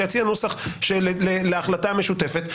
שיציע נוסח להחלטה משותפת,